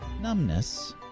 numbness